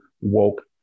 woke